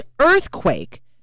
earthquake